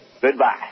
Goodbye